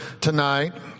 tonight